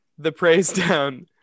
thepraisedown